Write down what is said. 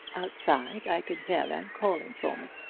outside i could hear them calling for me.